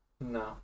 No